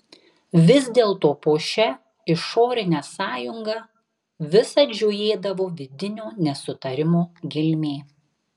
vis dėlto po šia išorine sąjunga visad žiojėdavo vidinio nesutarimo gelmė